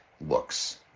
looks